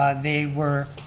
they were,